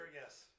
yes